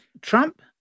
Trump